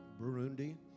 Burundi